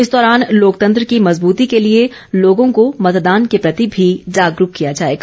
इस दौरान लोकतंत्र की मज़बूती के लिए लोगों को मतदान के प्रति भी जागरूक किया जाएगा